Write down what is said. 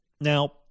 Now